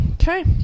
okay